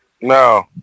No